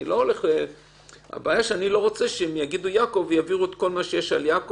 אני לא רוצה שהם יעבירו את כל מה שיש על יעקב,